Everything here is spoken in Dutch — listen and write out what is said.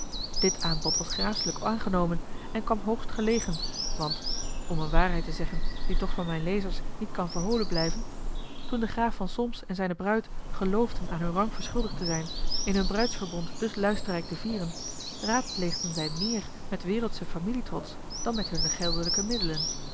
dit aanbod was gracelijk aangenomen en kwam hoogst gelegen want om eene waarheid te zeggen die toch voor mijne lezers niet kan verholen blijven toen de graaf van solms en zijne bruid geloofden aan hun rang verschuldigd te zijn hun bruidsverbond dus luisterrijk te vieren raadpleegden zij meer met wereldschen familietrots dan met hunne geldelijke middelen